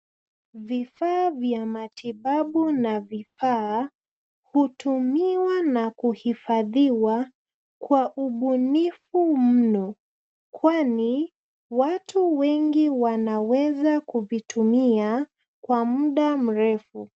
Vifaa vya matibabu na vipaa hutumiwa na kuhifadhiwa kwa ubunifu mno kwani watu wengi wanaweza kuvitumia kwa muda mrefu.